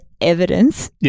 evidence